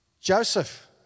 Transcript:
Joseph